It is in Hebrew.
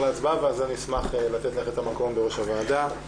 להצבעה ואז אשמח לתת לך את המקום בראש הוועדה.